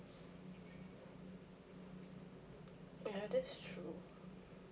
ya that's true